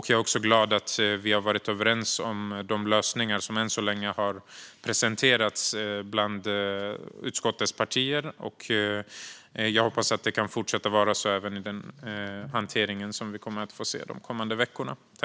Jag är också glad att vi har varit överens om de lösningar som än så länge har presenterats av partierna i utskottet. Jag hoppas att det kan fortsätta vara så även de kommande veckorna.